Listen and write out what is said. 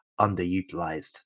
underutilized